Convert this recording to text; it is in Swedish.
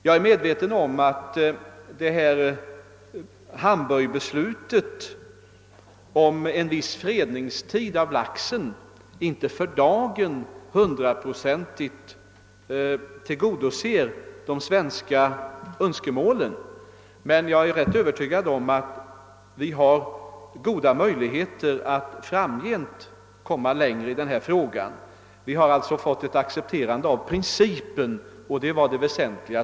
Jag är medveten om att Hamburgbeslutet om en viss fredningstid för laxen för dagen inte hundraprocentigt tillgodoser de svenska önskemålen, men jag är rätt övertygad om att vi har goda möjligheter att framgent komma längre i den här frågan. Vi har fått principen accepterad, och det var det väsentliga.